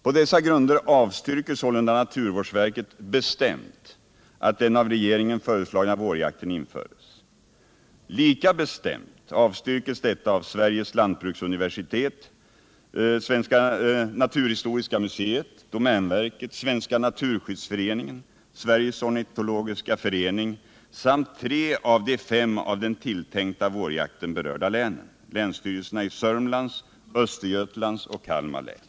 På dessa grunder avstyrker sålunda naturvårdsverket bestämt att den av regeringen föreslagna vårjakten införes. Lika bestämt avstyrkes detta av Sveriges lantbruksuniversitet, Naturhistoriska museet, domänverket, Svenska naturskyddsföreningen, Sveriges ornitologiska förening samt länsstyrelserna i tre av de fem län som är berörda av den tilltänkta vårjakten — länsstyrelserna i Södermanlands, Östergötlands och Kalmar län.